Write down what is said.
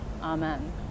amen